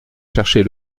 chercher